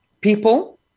people